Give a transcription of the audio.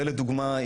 לדוגמה,